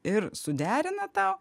ir suderina tau